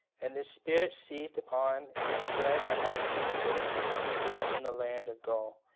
and this spirit seized upon and spread amongst the people who dwelt in the land of gaul.